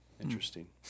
Interesting